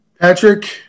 Patrick